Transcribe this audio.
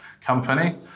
company